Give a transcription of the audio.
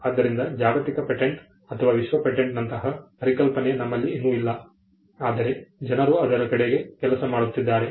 ಆದ್ದರಿಂದ ಜಾಗತಿಕ ಪೇಟೆಂಟ್ ಅಥವಾ ವಿಶ್ವ ಪೇಟೆಂಟ್ನಂತಹ ಪರಿಕಲ್ಪನೆ ನಮ್ಮಲ್ಲಿ ಇನ್ನೂ ಇಲ್ಲ ಆದರೆ ಜನರು ಅದರ ಕಡೆಗೆ ಕೆಲಸ ಮಾಡುತ್ತಿದ್ದಾರೆ